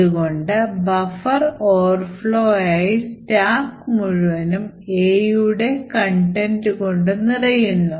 അതുകൊണ്ട് buffer Over flow ആയി stack മുഴുവനും A യുടെ കണ്ടൻറ് കൊണ്ടു നിറഞ്ഞു